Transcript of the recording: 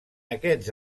aquests